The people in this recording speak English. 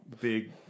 big